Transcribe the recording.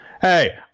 hey